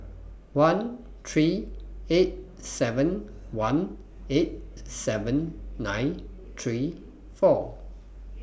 one three eight seven one eight seven nine three four